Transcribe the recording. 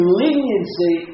leniency